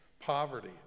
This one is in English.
poverty